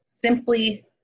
simply